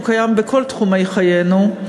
והוא קיים בכל תחומי חיינו: